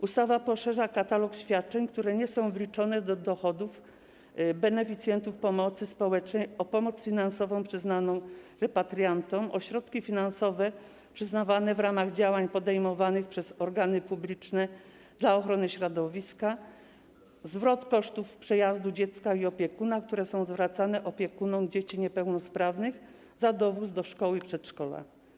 Ustawa poszerza katalog świadczeń, które nie są wliczone do dochodów beneficjentów pomocy społecznej, o pomoc finansową przyznaną repatriantom, środki finansowe przyznawane w ramach działań podejmowanych przez organy publiczne dla ochrony środowiska, zwrot kosztów przejazdu dziecka i opiekuna, które są zwracane opiekunom dzieci niepełnosprawnych za dowóz do szkoły i przedszkola.